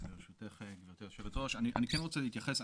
ברשותך גברתי יושבת הראש, אני כן רוצה להתייחס.